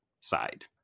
side